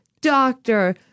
doctor